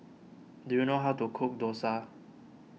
do you know how to cook Dosa